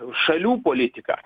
šalių politika